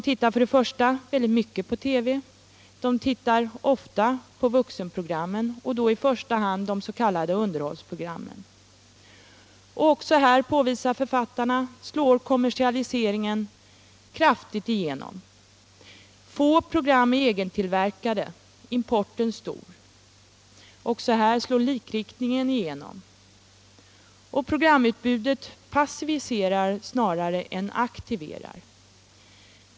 Barnen tittar mycket på TV och ofta på vuxenprogram, i första hand de s.k. underhållsprogrammen. Också här, påvisar författarna, slår kommersialiseringen mycket kraftigt igenom. Få program är egentillverkade och importen stor. Också här slår likriktningen igenom. Programutbudet passiviserar snarare än aktiverar.